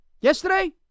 Yesterday